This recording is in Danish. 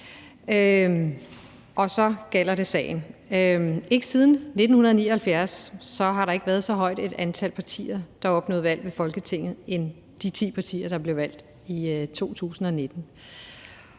Og så gælder det sagen. Ikke siden 1979 har der været så højt et antal partier, der har opnået valg ved Folketinget, end der er med de ti partier, der blev valgt i 2019,